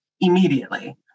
immediately